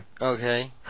Okay